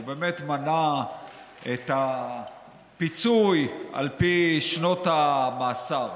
והוא באמת מנה את הפיצוי על פי שנות המאסר.